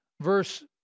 Verse